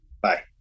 Bye